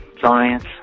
science